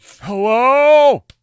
hello